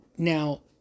Now